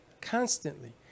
constantly